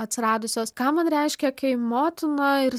atsiradusios ką man reiškia kai motina ir